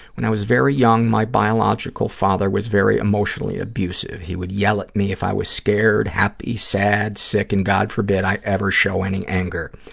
when i was very young, my biological father was very emotionally abusive. he would yell at me if i was scared, happy, sad, sick and god forbid i ever show any anger.